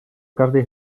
każdej